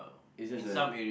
it's just a